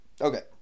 Okay